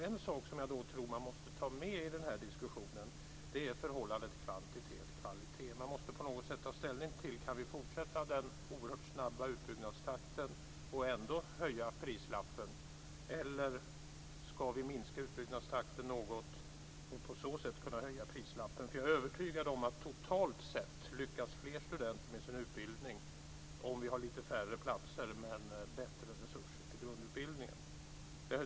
En sak som jag då tror att man måste ta med i diskussionen är förhållandet kvantitet-kvalitet. Vi måste på något sätt ta ställning till om vi kan fortsätta den oerhört snabba utbyggnadstakten och ändå höja prislappen eller om vi ska minska utbyggnadstakten något och på så sätt kunna höja prislappen. Jag är övertygad om att totalt sett lyckas fler studenter med sin utbildning om vi har lite färre platser men bättre resurser till grundutbildningen.